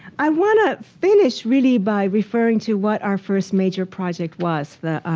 i want to finish, really, by referring to what our first major project was. the